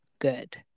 good